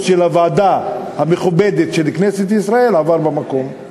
של הוועדה המכובדת של כנסת ישראל עבר במקום.